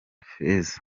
feza